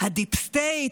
הדיפ סטייט,